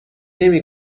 نمی